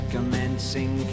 Commencing